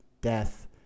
death